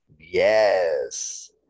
Yes